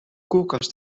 koelkast